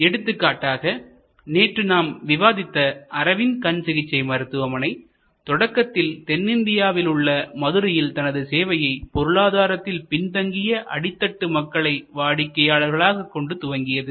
எடுத்துக்காட்டாக நேற்று நாம் விவாதித்த அரவிந்த் கண் சிகிச்சை மருத்துவமனை தொடக்கத்தில் தென்னிந்தியாவில் உள்ள மதுரையில் தனது சேவையை பொருளாதாரத்தில் பின்தங்கிய அடித்தட்டு மக்களை வாடிக்கையாளர்களாக கொண்டு துவங்கியது